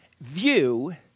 view